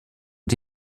und